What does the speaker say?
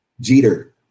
Jeter